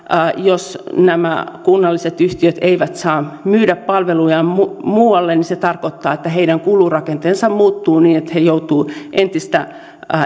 jos nämä kunnalliset yhtiöt eivät saa myydä palvelujaan muualle se tarkoittaa että heidän kulurakenteensa muuttuu niin että he joutuvat entistä